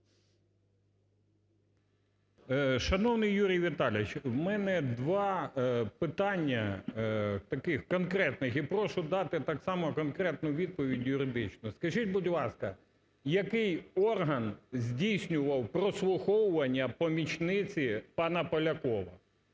Шановний Юрій Віталійович! В мене два питання таких конкретних і прошу дати так само конкретну відповідь юридичну. Скажіть. будь ласка, який орган здійснював прослуховування помічниці пана Полякова,